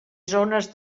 zones